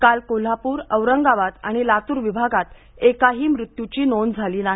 काल कोल्हापूर औरंगाबाद आणि लातूर विभागात एकाही मृत्यूची नोंद झाली नाही